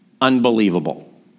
unbelievable